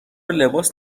لباس